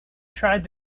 tried